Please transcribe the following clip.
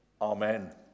Amen